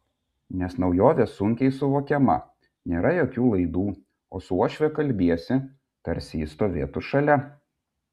nes naujovė sunkiai suvokiama nėra jokių laidų o su uošve kalbiesi tarsi ji stovėtų šalia